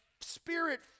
Spirit